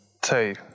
Two